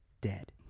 dead